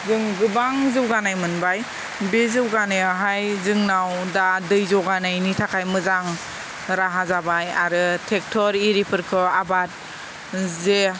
जों गोबां जौगानाय मोनबाय बे जौगानायाहाय जोंनाव दा दै जगायनायनि थाखाय मोजां राहा जाबाय आरो ट्रेक्टर एरिफोरखौ आबाद जे